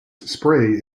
spray